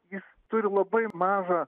jis turi labai mažą